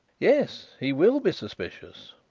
yes, he will be suspicious.